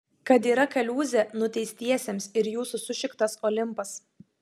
kad yra kaliūzė nuteistiesiems ir jūsų sušiktas olimpas